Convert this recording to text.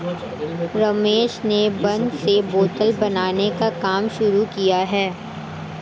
रमेश ने बांस से बोतल बनाने का काम शुरू किया है